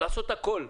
לעשות את הכל.